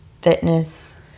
fitness